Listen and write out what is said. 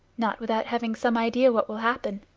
not without having some idea what will happen.